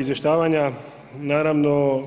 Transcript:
izvještavanja naravno.